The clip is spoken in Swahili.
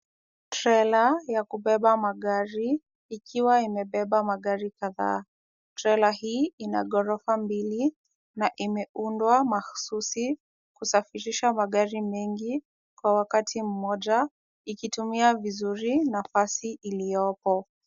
Trela ya kubeba magari ikiwa imebeba magari kadhaa. Trela hii, ina ghorofa mbili na imeundwa makhususi kusafirisha magari mengi kwa wakati mmoja, ikitumia vizuri nafasi iliyoko.